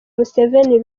museveni